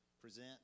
present